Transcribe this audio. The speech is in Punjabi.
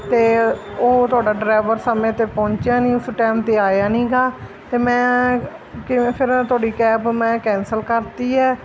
ਅਤੇ ਉਹ ਤੁਹਾਡਾ ਡਰੈਵਰ ਸਮੇਂ 'ਤੇ ਪੰਹੁਚਿਆ ਨਹੀਂ ਉਸ ਟੈਮ 'ਤੇ ਆਇਆ ਨੀਗਾ ਅਤੇ ਮੈਂ ਕਿਵੇਂ ਫਿਰ ਤੁਹਾਡੀ ਕੈਬ ਮੈਂ ਕੈਂਸਲ ਕਰ ਦਿੱਤੀ ਹੈ